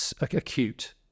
acute